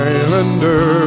Islander